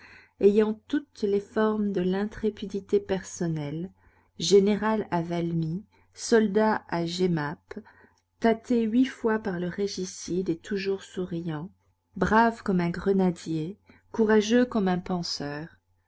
ayant toutes les formes de l'intrépidité personnelle général à valmy soldat à jemmapes tâté huit fois par le régicide et toujours souriant brave comme un grenadier courageux comme un penseur